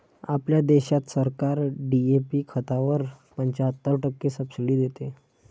आपल्या देशात सरकार डी.ए.पी खतावर पंच्याहत्तर टक्के सब्सिडी देते